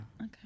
Okay